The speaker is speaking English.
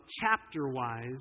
chapter-wise